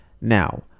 now